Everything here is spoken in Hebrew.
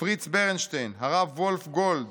פריץ ברנשטיין, הרב וולף גולד,